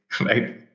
right